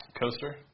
coaster